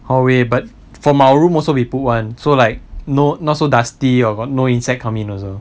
hallway but from our room also we put one so like no not so dusty or got no insect coming also